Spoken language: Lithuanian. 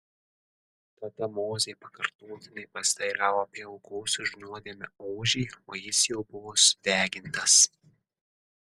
tada mozė pakartotinai pasiteiravo apie aukos už nuodėmę ožį o jis jau buvo sudegintas